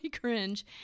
cringe